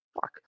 Fuck